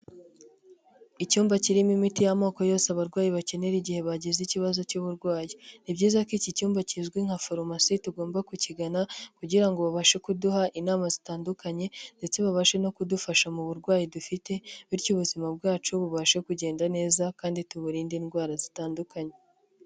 Icyumba kirimo imiti y'amoko yose abarwayi bakenera igihe bagize ikibazo cy'uburwayi, ni byiza ko iki cyumba kizwi nka farumasi tugomba kukigana kugira babashe kuduha inama zitandukanye ndetse babashe no kudufasha mu burwayi dufite bityo ubuzima bwacu bubashe kugenda neza kandi tuburinde indwara zitandukanye.